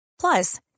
Plus